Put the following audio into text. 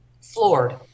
floored